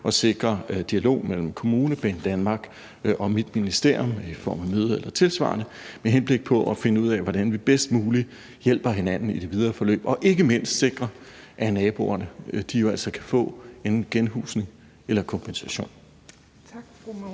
at sikre dialog mellem kommune, Banedanmark og mit ministerium i form af møder eller tilsvarende, med henblik på at finde ud af, hvordan vi bedst muligt hjælper hinanden i det videre forløb – og ikke mindst sikrer, at naboerne kan få en genhusning eller kompensation.